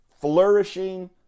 flourishing